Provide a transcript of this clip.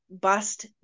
Bust